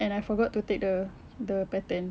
and I forgot to take the the pattern